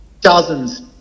dozens